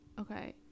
okay